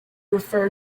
refer